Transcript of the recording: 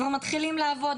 כבר מתחילים לעבוד.